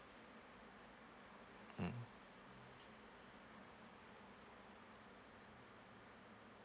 mm